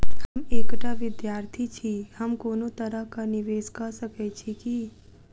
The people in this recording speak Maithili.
हम एकटा विधार्थी छी, हम कोनो तरह कऽ निवेश कऽ सकय छी की?